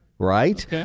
Right